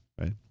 right